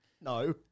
No